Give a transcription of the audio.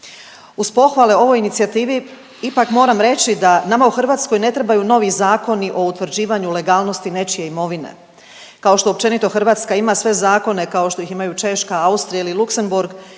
Uz pohvale ovoj inicijativi ipak moram reći da nama u Hrvatskoj ne trebaju novi zakoni o utvrđivanju legalnosti nečije imovine kao što općenito Hrvatska ima sve zakone kao što ih imaju Češka, Austrija ili Luksemburg